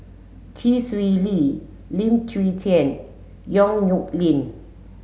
Chee Swee Lee Lim Chwee Chian Yong Nyuk Lin